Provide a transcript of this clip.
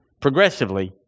progressively